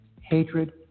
Hatred